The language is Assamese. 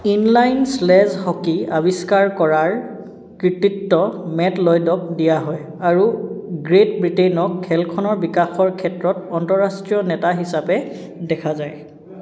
ইনলাইন স্লেজ হকী আৱিষ্কাৰ কৰাৰ কৃতিত্ব মেট লয়ডক দিয়া হয় আৰু গ্ৰে'ট ব্ৰিটেইনক খেলখনৰ বিকাশৰ ক্ষেত্ৰত আন্তঃৰাষ্ট্ৰীয় নেতা হিচাপে দেখা যায়